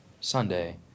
Sunday